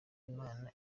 imana